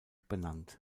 benannt